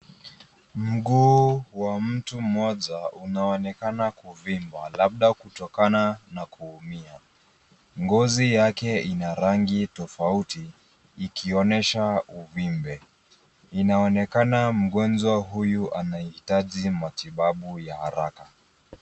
Mguu wa mtu mmoja unaonekana kuvimba labda kutokana na kuumia ngozi yake ina rangi tofauti ikionyesha uvimbe inaonekana mgonjwa huyu anahitaji matibabu ya haraka.